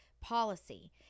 policy